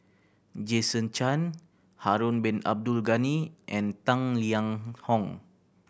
Jason Chan Harun Bin Abdul Ghani and Tang Liang Hong